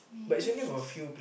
best